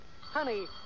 Honey